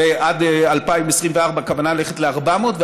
עד 2024 הכוונה ללכת ל-400,